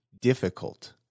difficult